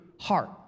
heart